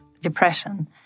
depression